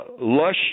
lush